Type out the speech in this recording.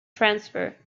transfer